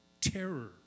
terror